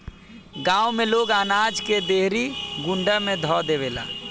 गांव में लोग अनाज के देहरी कुंडा में ध देवेला